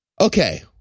Okay